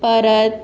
परत